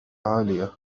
عالية